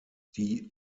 die